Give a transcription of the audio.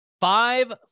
five